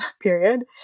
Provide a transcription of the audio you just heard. period